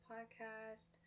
Podcast